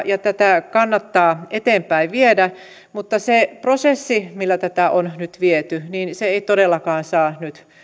ja tätä kannattaa eteenpäin viedä mutta se prosessi millä tätä on nyt viety ei todellakaan saa nyt